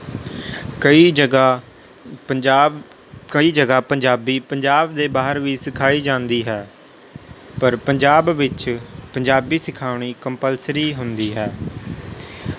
ਕਈ ਜਗ੍ਹਾ ਪੰਜਾਬ ਕਈ ਜਗ੍ਹਾ ਪੰਜਾਬੀ ਪੰਜਾਬ ਦੇ ਬਾਹਰ ਵੀ ਸਿਖਾਈ ਜਾਂਦੀ ਹੈ ਪਰ ਪੰਜਾਬ ਵਿੱਚ ਪੰਜਾਬੀ ਸਿਖਾਉਣੀ ਕੰਪਲਸਰੀ ਹੁੰਦੀ ਹੈ